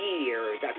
years